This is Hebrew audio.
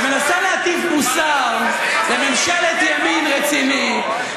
ומנסה להטיף מוסר לממשלת ימין רצינית,